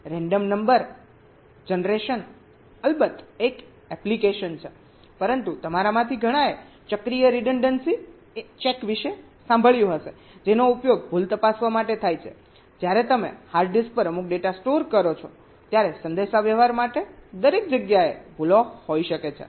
random number generation અલબત્ત એક application છે પરંતુ તમારામાંથી ઘણાએ સાયકલિક રીડન્ડન્સી ચેક વિશે સાંભળ્યું હશે જેનો ઉપયોગ ભૂલ તપાસવા માટે થાય છે જ્યારે તમે હાર્ડ ડિસ્ક પર અમુક ડેટા સ્ટોર કરો છો ત્યારે સંદેશાવ્યવહાર માટે દરેક જગ્યાએ ભૂલો હોઈ શકે છે